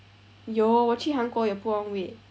有我去韩国有 put on weight